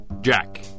Jack